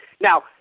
Now